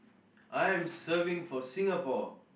I'm serving for Singapore